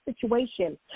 situation